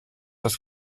das